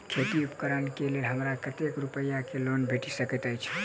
खेती उपकरण केँ लेल हमरा कतेक रूपया केँ लोन भेटि सकैत अछि?